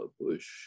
Bush